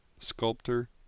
sculptor